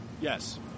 Yes